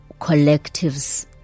collectives